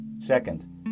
Second